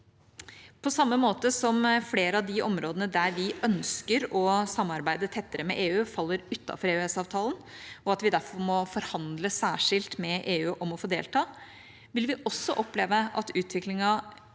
På samme måte som flere av de områdene der vi ønsker å samarbeide tettere med EU, faller utenfor EØSavtalen, og at vi derfor må forhandle særskilt med EU om å få delta, vil vi også oppleve at utviklingen